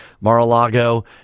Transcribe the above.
Mar-a-Lago